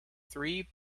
three